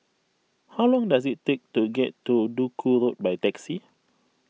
how long does it take to get to Duku Road by taxi